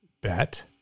Bet